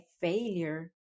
failure